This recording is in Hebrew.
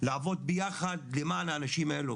לעבוד ביחד למען האנשים האלו.